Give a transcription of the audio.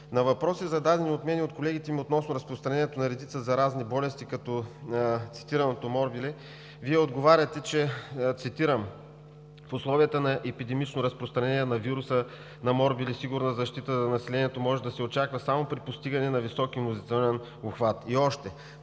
На въпроси, зададени от мен и от колегите ми, относно разпространението на редица заразни болести като цитираното морбили, Вие отговаряте, цитирам: „В условията на епидемично разпространение на вируса на морбили сигурна защита на населението може да се очаква само при постигане на висок имунизационен обхват“.